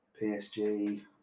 PSG